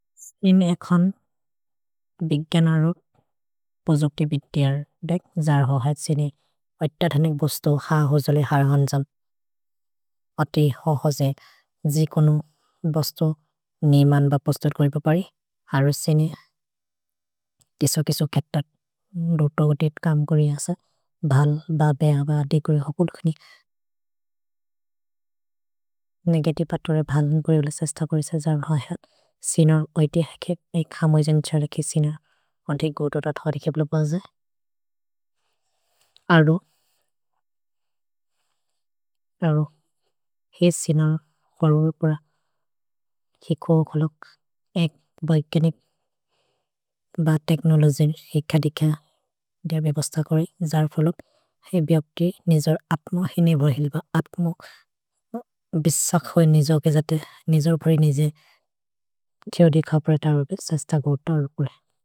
सिन् एखन् बिघ्यन रुत् पोजोक्ति बित्तियर् देक्। जर् हौ हत् सिनि ऐत्तथनिक् बोस्तो ह होजोले हर हन्जम्। अṭइ हौ होजे जि कोनु बोस्तो नीमन् ब पोस्तत् गोइबपरि। हरु सिनि किसो-किसो केत्तत् रुत-गतित् कम् गोरि अस। भ्हल् ब बेअ ब देकुरि हकु लुक्नि। नेगतिवे पतोरे भलन् गोरि उले सस्थ घोरिस जर् हौ हत्। सिनर् ऐति हके ए खमजन्ग् छरक् ए सिनर्। कोन्ति गुदोत धरि केप्ल बजे। अरु, अरु। हे सिनर् घोरु रुपुर। कि कुअ हुलुक् एक् बिघ्यनि। भ तेक्नोलोजिन् हे कदिक। दिएर् बेअ बोस्त घोरि। जर् हुलुक् हे बिअक्ति निजोर् अत्म। हे निवहिल्ब अत्म। भिसक् होइ निजोक् ए जते। निजोर् परि निजे। क्यो देख परत रुपि सस्थ घोर् तो रुपुर।